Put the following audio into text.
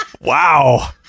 Wow